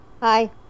hi